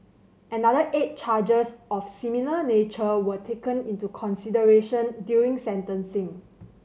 another eight charges of a similar nature were taken into consideration during sentencing